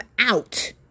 out